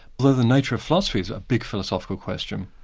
although the nature of philosophy is a big philosophical question,